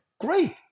great